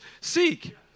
seek